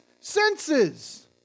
senses